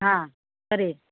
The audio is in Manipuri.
ꯍꯥ ꯀꯔꯤ